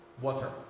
Water